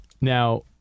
now